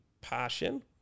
passion